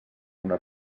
una